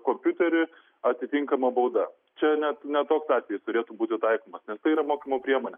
kompiuterį atitinkama bauda čia net ne toks atvejis turėtų būti taikomas nes tai yra mokymo priemonė